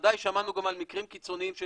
בוודאי שמענו גם על מקרים קיצוניים של